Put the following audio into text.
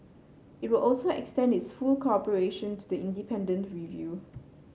it will also extend its full cooperation to the independent review